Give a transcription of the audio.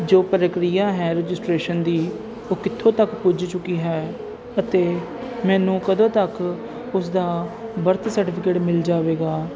ਜੋ ਪ੍ਰਕਿਰਿਆ ਹੈ ਰਜਿਸਟਰੇਸ਼ਨ ਦੀ ਉਹ ਕਿੱਥੋਂ ਤੱਕ ਪੁੱਜ ਚੁੱਕੀ ਹੈ ਅਤੇ ਮੈਨੂੰ ਕਦੋਂ ਤੱਕ ਉਸਦਾ ਬਰਥ ਸਰਟੀਫਿਕੇਟ ਮਿਲ ਜਾਵੇਗਾ